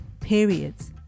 periods